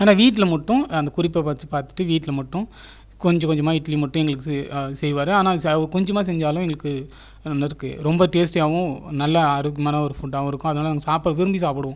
ஆனால் வீட்டில் மட்டும் அந்த குறிப்பை பார்த்துட்டு வீட்டில் மட்டும் கொஞ்சம் கொஞ்சமாக இட்லி மட்டும் எங்களுக்கு செய்வார் ஆனால் கொஞ்சமாக செஞ்சாலும் எங்களுக்கு ரொம்ப டேஸ்டியாகவும் நல்லா ஆரோக்கியமான ஒரு ஃபுட்டாகவும் இருக்கும் அதனால் அதை நாங்கள் விரும்பி சாப்பிடுவோம்